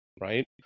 right